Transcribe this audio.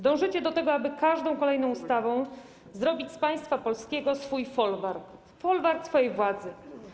Dążycie do tego, aby każdą kolejną ustawą zrobić z państwa polskiego swój folwark, folwark swojej władzy.